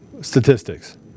statistics